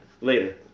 Later